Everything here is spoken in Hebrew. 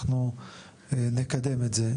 אנחנו נקדם את זה.